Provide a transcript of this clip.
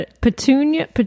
petunia